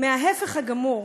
מההפך הגמור,